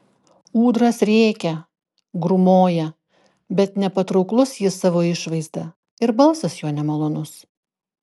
ūdras rėkia grūmoja bet nepatrauklus jis savo išvaizda ir balsas jo nemalonus